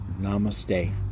Namaste